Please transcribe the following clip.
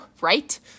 right